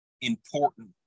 important